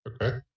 Okay